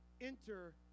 enter